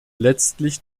letztlich